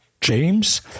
James